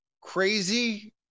crazy